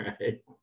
right